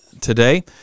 today